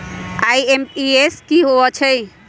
IMPS की होईछइ?